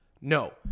No